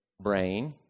brain